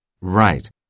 Right